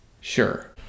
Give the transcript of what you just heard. sure